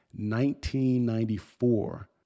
1994